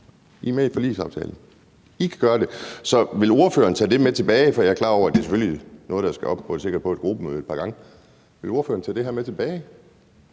I er med i forligsaftalen. I kan gøre det. Så vil ordføreren tage det med tilbage? For jeg er klar over, at det selvfølgelig er noget, der sikkert skal op på et gruppemøde et par gange. Vil ordføreren tage det her med tilbage